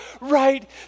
right